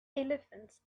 elephants